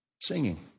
singing